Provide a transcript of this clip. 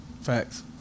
Facts